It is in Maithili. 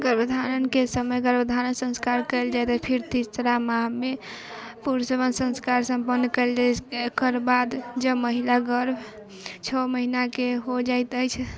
गर्भ धारणके समय गर्भ धारण संस्कार कयल जाइ रहै फिर तीसरा माहमे पुंसवन संस्कार सम्पन्न कयल जाइ एकर बाद जब महिला गर्भ छह महीनाके होइ जाइत अछि